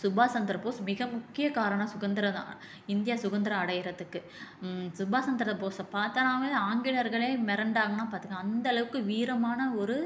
சுபாஷ் சந்திரபோஸ் மிக முக்கிய காரணம் சுதந்திரம் தான் இந்தியா சுதந்திரம் அடைகிறத்துக்கு சுபாஷ் சந்திர போஸை பார்த்தனாவே ஆங்கிலேயர்களே மிரண்டாங்கனா பார்த்துங்க அந்த அளவுக்கு வீரமான ஒரு